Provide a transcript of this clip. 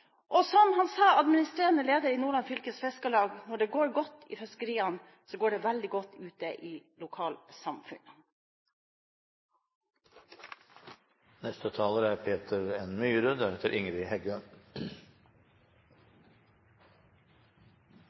Og som han sa, administrerende leder i Nordland Fylkes Fiskarlag: «Når det går godt i fiskeriene, så går det også veldig godt ute i de lokale samfunnene.» Debatten i dag har vist at det er